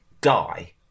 die